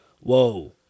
whoa